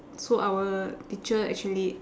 so our teacher actually